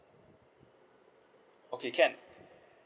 okay can